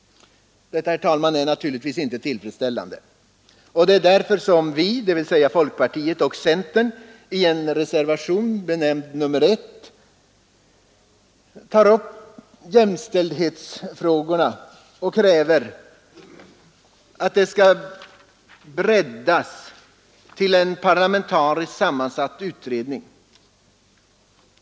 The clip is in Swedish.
Detta, herr talman, är naturligtvis inte tillfredsställande. Det är därför som vi i folkpartiet och centern i reservationen 1 tar upp jämställdhetsfrågorna och kräver att delegationen skall breddas till en parlamentariskt sammansatt utredning.